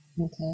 Okay